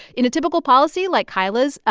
in a typical policy like kyla's,